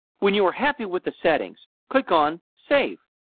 when you are happy with the settings, click on save.